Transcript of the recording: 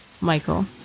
Michael